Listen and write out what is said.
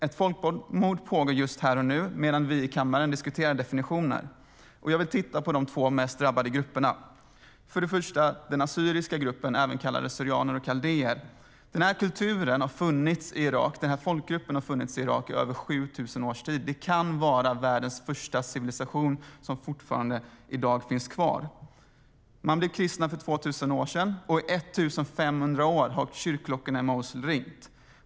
Ett folkmord pågår här och nu medan vi i kammaren diskuterar definitioner. Jag vill titta på de två mest drabbade grupperna. Först har vi den assyriska gruppen, även kallad syrianer och kaldéer. Folkgruppen har funnits i Irak i över 7 000 år, och den kan utgöra världens första civilisation som fortfarande finns kvar i dag. Folkgruppen kristnades för 2 000 år sedan, och i 1 500 år har kyrkklockorna ringt i Mosul.